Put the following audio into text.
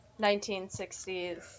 1960s